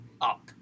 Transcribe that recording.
Up